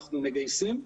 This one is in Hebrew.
אנחנו מגייסים.